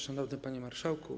Szanowny Panie Marszałku!